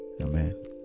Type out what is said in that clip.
Amen